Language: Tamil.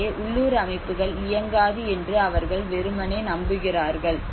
எனவே உள்ளூர் அமைப்புகள் இயங்காது என்று அவர்கள் வெறுமனே நம்புகிறார்கள்